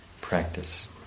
Practice